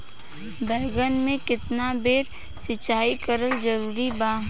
बैगन में केतना बेर सिचाई करल जरूरी बा?